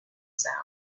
sound